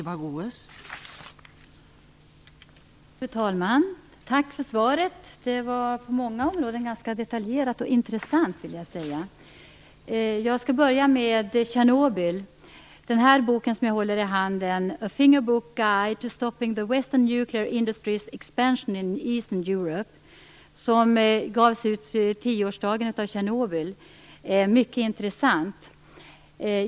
Fru talman! Tack för svaret. Det var på många områden ganska detaljerat och intressant. Jag skall börja med att tala om Tjernobyl. Jag håller en bok i min hand som heter A Fingerbook Expansion in the Eastern Europe. Den gavs ut på tioårsdagen av Tjernobyl och är mycket intressant.